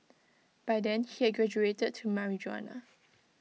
by then he had graduated to marijuana